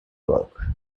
work